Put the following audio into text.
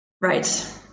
Right